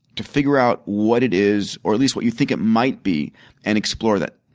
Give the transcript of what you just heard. to figure out what it is or at least what you think it might be and explore that.